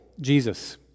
Jesus